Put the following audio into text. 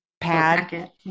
pad